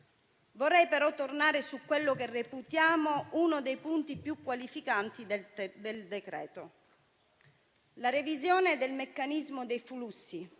Vorrei però tornare su quello che reputiamo uno dei punti più qualificanti del decreto: la revisione del meccanismo dei flussi